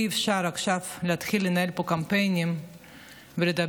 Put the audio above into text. אי-אפשר עכשיו להתחיל לנהל פה קמפיינים ולדבר